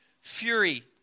fury